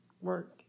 work